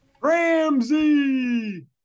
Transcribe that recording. Ramsey